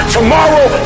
Tomorrow